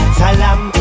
salam